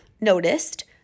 noticed